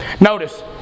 Notice